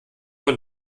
von